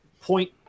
point